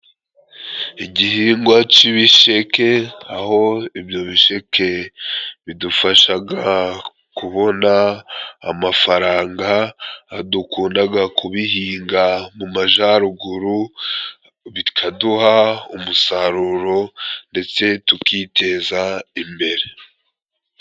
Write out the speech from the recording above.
Igihingwa c'ibisheke, aho ibyo bisheke bidufashaga kubona amafaranga，dukundaga kubihinga mu majaruguru bikaduha umusaruro ndetse tukiteza imbere.